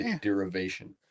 derivation